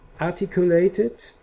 articulated